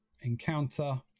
encounter